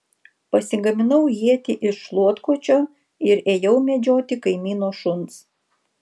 pasigaminau ietį iš šluotkočio ir ėjau medžioti kaimyno šuns